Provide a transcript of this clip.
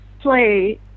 play